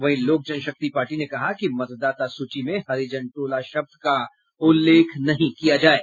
वहीं लोक जनशक्ति पार्टी ने कहा कि मतदाता सूची में हरिजन टोला शब्द का उल्लेख नहीं किया जाये